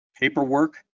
paperwork